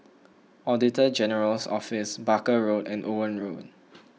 Auditor General's Office Barker Road and Owen Road